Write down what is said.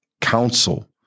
counsel